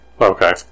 Okay